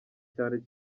cyane